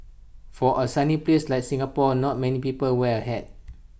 for A sunny place like Singapore not many people wear A hat